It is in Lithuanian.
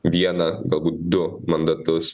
vieną du mandatus